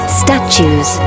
statues